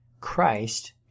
Christ